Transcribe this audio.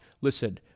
Listen